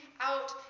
out